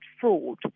fraud